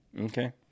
Okay